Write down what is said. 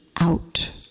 out